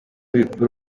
bikuru